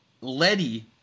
Letty